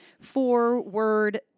four-word